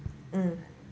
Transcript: mm